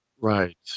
right